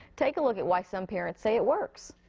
take a look at why some parents say it works.